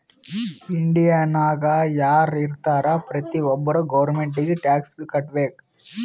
ಇಂಡಿಯಾನಾಗ್ ಯಾರ್ ಇರ್ತಾರ ಪ್ರತಿ ಒಬ್ಬರು ಗೌರ್ಮೆಂಟಿಗಿ ಟ್ಯಾಕ್ಸ್ ಕಟ್ಬೇಕ್